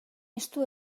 estu